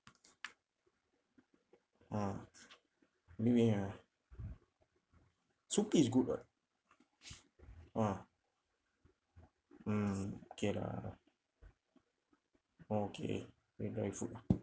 ah maybe ah suki is good [what] ah mm okay lah okay wait very full lah